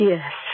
Yes